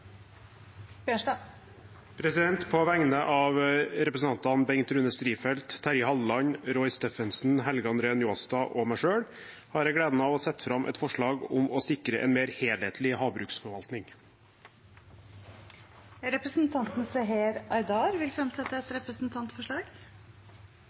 På vegne av representantene Bengt Rune Strifeldt, Terje Halleland, Roy Steffensen, Helge André Njåstad og meg selv har jeg gleden av å sette fram et forslag om å sikre en mer helhetlig havbruksforvaltning. Representanten Seher Aydar vil fremsette et